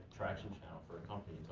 traction channel for a company,